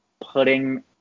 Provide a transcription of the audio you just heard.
putting